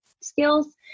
skills